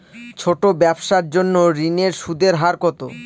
ছোট ব্যবসার জন্য ঋণের সুদের হার কত?